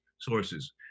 sources